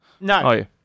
No